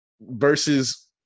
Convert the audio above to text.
versus